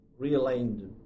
realigned